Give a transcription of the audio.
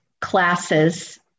classes